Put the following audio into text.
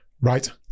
right